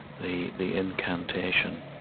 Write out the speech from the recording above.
the the incantation,